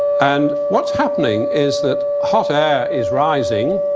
and what's happening is that hot air is rising.